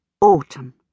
Autumn